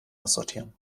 aussortieren